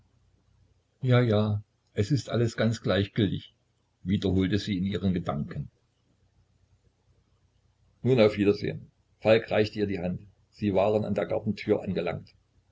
ja ja es ist alles ganz gleichgültig wiederholte sie in ihren gedanken nun auf wiedersehen falk reichte ihr die hand sie waren an der gartentür angelangt